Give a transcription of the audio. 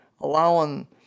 allowing